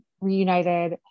reunited